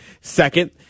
second